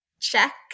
Check